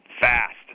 fast